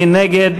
מי נגד?